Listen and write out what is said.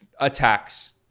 attacks